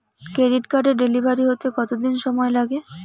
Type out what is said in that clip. Credit কার্ডের delivery হতে কতদিন সময় লাগে?